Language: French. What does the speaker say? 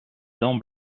dent